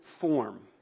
form